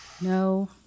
No